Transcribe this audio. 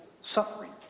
suffering